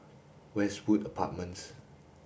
Westwood Apartments